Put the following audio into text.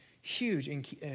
huge